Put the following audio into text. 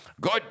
Good